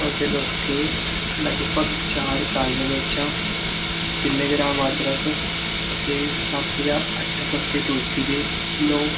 ਉਸ ਦੇ ਨੁਸਖੇ ਲਗਭਗ ਚਾਰ ਕਾਲੀਆਂ ਮਿਰਚਾਂ ਤਿੰਨ ਗ੍ਰਾਮ ਅਦਰਕ ਅਤੇ ਸੱਤ ਜਾਂ ਅੱਠ ਪੱਤੇ ਤੁਲਸੀ ਦੇ ਲਉ